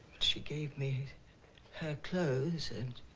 she gave me her clothes and.